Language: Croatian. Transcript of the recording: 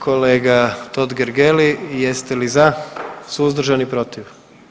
Kolega Totgergeli jeste li za, suzdržani, protiv?